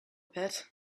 pit